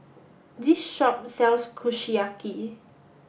this shop sells Kushiyaki